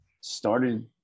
started